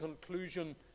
conclusion